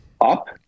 up